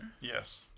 Yes